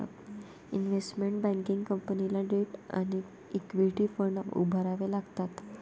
investment banking कंपनीला debt आणि equity fund उभारावे लागतात